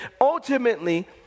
ultimately